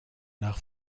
nach